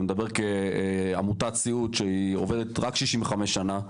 אני מדבר כעמותת סיעוד שהיא עובדת רק 65 שנה.